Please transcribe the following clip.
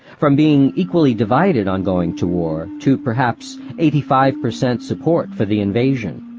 from being equally divided on going to war, to perhaps eighty five percent support for the invasion.